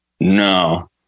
No